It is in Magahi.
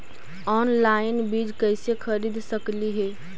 ऑनलाइन बीज कईसे खरीद सकली हे?